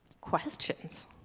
Questions